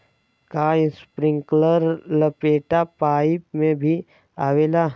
का इस्प्रिंकलर लपेटा पाइप में भी आवेला?